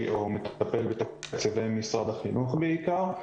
או -- -בתקציבי משרד החינוך בעיקר.